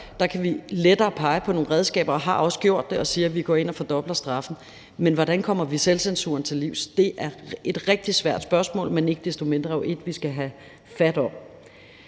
gøre, kan vi lettere pege på nogle redskaber, og vi har også gjort det ved at sige, at vi går ind og fordobler straffen. Men hvordan kommer vi selvcensuren til livs? Det er et rigtig svært spørgsmål, men jo ikke desto mindre et, vi skal have fat om.